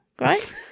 right